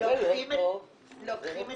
לוקחים את